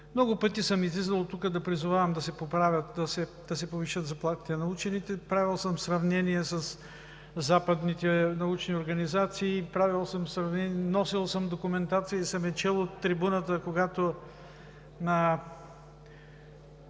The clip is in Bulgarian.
Много пъти съм излизал оттук да призовавам да се поправят, да се повишат заплатите на учените, правил съм сравнения със западните научни организации, носил съм документация и съм я чел от трибуната, когато